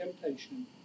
temptation